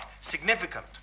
significant